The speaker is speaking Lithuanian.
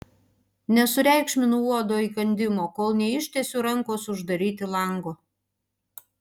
nesureikšminu uodo įkandimo kol neištiesiu rankos uždaryti lango